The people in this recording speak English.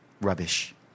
Rubbish